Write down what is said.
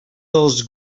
dels